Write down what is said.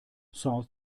south